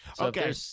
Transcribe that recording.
Okay